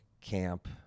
camp